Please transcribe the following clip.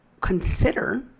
consider